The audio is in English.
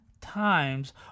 times